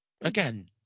Again